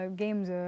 games